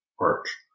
arch